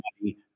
money